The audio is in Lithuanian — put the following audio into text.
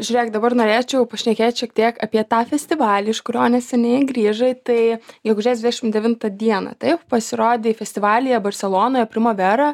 žiūrėk dabar norėčiau pašnekėt šiek tiek apie tą festivalį iš kurio neseniai grįžai tai gegužės dvidešim devintą dieną taip pasirodei festivalyje barselonoje prima vera